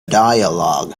dialogue